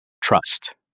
trust